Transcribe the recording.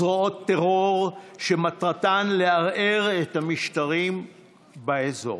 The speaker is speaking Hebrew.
זרועות טרור שמטרתן לערער את המשטרים באזור.